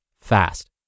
fast